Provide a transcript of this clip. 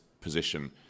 position